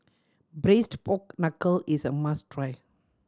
Braised Pork Knuckle is a must try